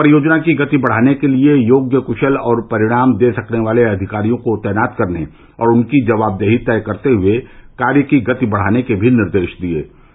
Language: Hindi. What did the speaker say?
उन्होंने परियोजना की गति बढ़ाने के लिए योग्य कुशल और परिणाम दे सकने वाले अधिकारियों को तैनात करने और उनकी जवाबदेही तय करते हुए कार्य की गति बढ़ाने के भी निर्देष दिये